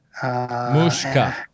Mushka